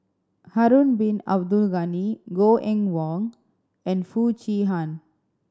Harun Bin Abdul Ghani Goh Eng Wah and Foo Chee Han